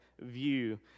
view